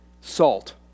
salt